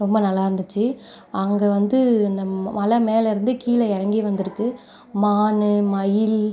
ரொம்ப நல்லா இருந்துச்சு அங்கே வந்து இந்த மலை மேலேருந்து கீழே இறங்கி வந்திருக்கு மான் மயில்